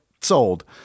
sold